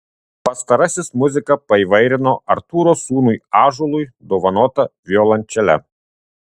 pastarasis muziką paįvairino artūro sūnui ąžuolui dovanota violončele